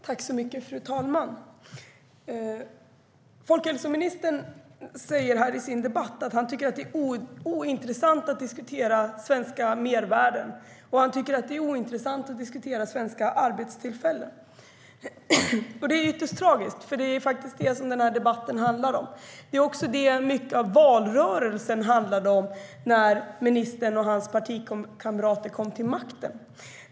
Fru talman! Folkhälsoministern säger här i debatten att han tycker att det är ointressant att diskutera svenska mervärden, och han tycker att det är ointressant att diskutera svenska arbetstillfällen. Det är ytterst tragiskt eftersom det är arbetstillfällen som debatten handlar om. Arbetstillfällen är också vad mycket av valrörelsen handlade om när ministern och hans partikamrater kom till makten.